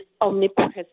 omnipresent